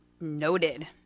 Noted